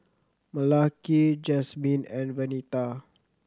Malakai Jasmyne and Venita